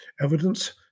evidence